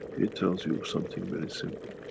it tells you something very simple